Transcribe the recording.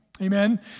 amen